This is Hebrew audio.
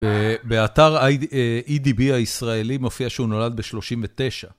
באתר EDB הישראלי מופיע שהוא נולד ב-39.